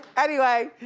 anyway,